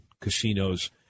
casinos